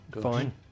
Fine